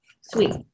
Sweet